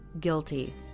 guilty